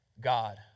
god